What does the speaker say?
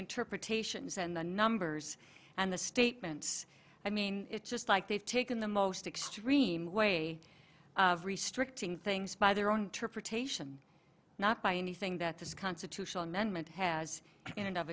interpretations and the numbers and the statements i mean it's just like they've taken the most extreme way restricting things by their own interpretation not by anything that this constitutional amendment has